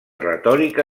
retòrica